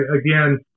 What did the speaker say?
Again